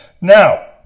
now